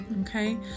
okay